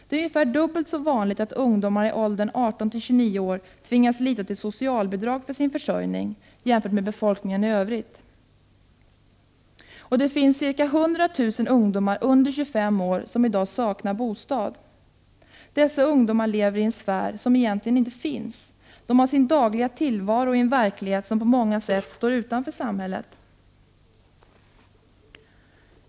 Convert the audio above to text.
Det är ungefär dubbelt så vanligt att ungdomar i åldern 18-29 år tvingas lita till socialbidrag för sin försörjning jämfört med befolkningen i sin helhet, och det finns ca 100 000 ungdomar under 25 år som i dag saknar bostad. Dessa ungdomar lever i en sfär som egentligen inte finns, de har sin dagliga tillvaro i en verklighet som på många sätt står utanför samhället.